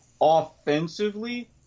Offensively